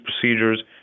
procedures